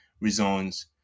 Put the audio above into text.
resigns